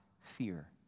fear